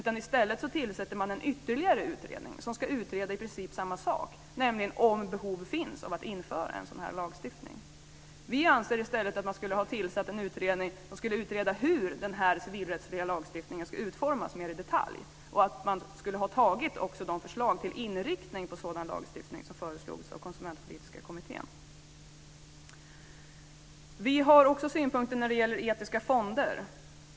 I stället tillsätter man en ytterligare utredning, som ska utreda i princip samma sak, nämligen om behov finns av att införa en sådan här lagstiftning. Vi anser i stället att man skulle ha tillsatt en utredning som utreder hur den här civilrättsliga lagstiftningen ska utformas mer i detalj och att man skulle ha tagit också de förslag till inriktning på sådan lagstiftning som föreslogs av Konsumentpolitiska kommittén. Vi har också synpunkter när det gäller etiska fonder.